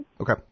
Okay